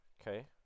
Okay